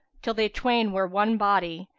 till they twain were one body,